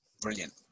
Brilliant